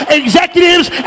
executives